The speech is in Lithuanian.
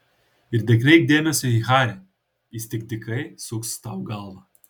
ir nekreipk dėmesio į harį jis tik dykai suks tau galvą